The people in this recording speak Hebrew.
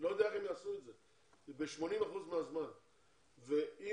ב-80 אחוזים מהזמן.